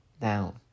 down